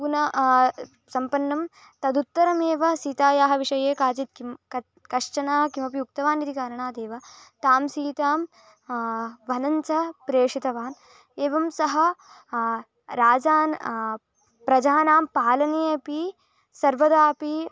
पुनः सम्पन्नं तदुत्तरमेव सीतायाः विषये काचित् किं कथं कश्चनः किमपि उक्तवान् इति कारणादेव तां सीतां वनञ्च प्रेषितवान् एवं सः राजान् प्रजानां पालने अपि सर्वदा अपि